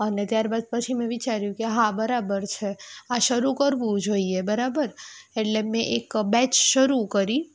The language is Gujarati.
અને ત્યારબાદ પછી મેં વિચાર્યું કે હા બરાબર છે આ શરૂ કરવું જોઈએ બરાબર એટલે મેં એક બેચ શરૂ કરી